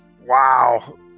Wow